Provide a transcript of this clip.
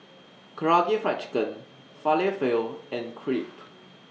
Karaage Fried Chicken Falafel and Crepe